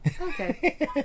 Okay